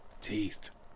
taste